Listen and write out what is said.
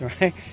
right